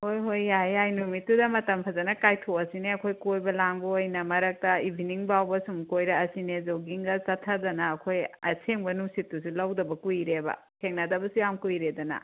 ꯍꯣꯏ ꯍꯣꯏ ꯌꯥꯏꯌꯦ ꯌꯥꯏ ꯅꯨꯃꯤꯠꯇꯨꯗ ꯃꯇꯝ ꯐꯖꯅ ꯀꯥꯏꯊꯣꯛꯑꯁꯤꯅꯦ ꯑꯩꯈꯣꯏ ꯀꯣꯏꯕ ꯂꯥꯡꯕ ꯑꯣꯏꯅ ꯃꯔꯛꯇ ꯏꯕꯤꯅꯤꯡ ꯐꯥꯎꯕ ꯁꯨꯝ ꯀꯣꯏꯔꯛꯑꯁꯤꯅꯦ ꯖꯣꯒꯤꯡꯒ ꯆꯠꯊꯗꯅ ꯑꯩꯈꯣꯏ ꯑꯁꯦꯡꯕ ꯅꯨꯡꯁꯤꯠꯇꯨꯁꯨ ꯂꯧꯗꯕ ꯀꯨꯏꯔꯦꯕ ꯊꯦꯡꯅꯗꯕꯁꯨ ꯌꯥꯝ ꯀꯨꯏꯔꯦꯗꯅ